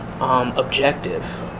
objective